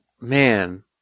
Man